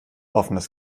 offenes